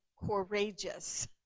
courageous